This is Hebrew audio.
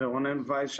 ורונן וייס,